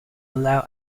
allow